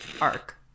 arc